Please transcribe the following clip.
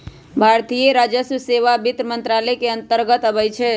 भारतीय राजस्व सेवा वित्त मंत्रालय के अंतर्गत आबइ छै